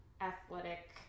athletic